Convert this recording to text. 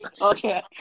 Okay